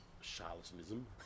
charlatanism